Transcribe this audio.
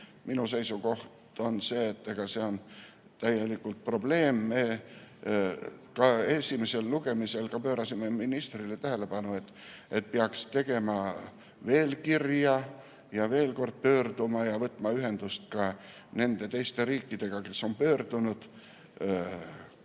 minu seisukoht on see, et see on probleem. Me ka esimesel lugemisel pöörasime ministri tähelepanu sellele, et peaks [kirjutama] kirja ja veel kord pöörduma ja võtma ühendust ka nende teiste riikidega, kes on pöördunud kohtusse.